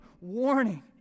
warning